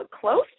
close